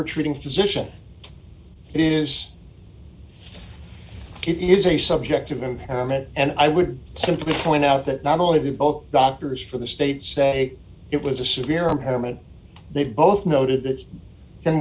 her treating physician it is it is a subjective impairment and i would simply point out that not only both doctors for the state say it was a severe impediment they both noted that